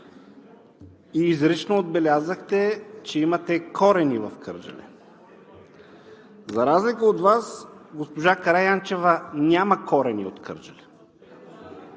и изрично отбелязахте, че имате корени в Кърджали. За разлика от Вас госпожа Караянчева няма корени от Кърджали.